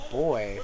boy